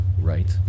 right